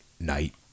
night